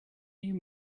you